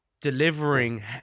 delivering